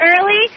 early